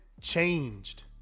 changed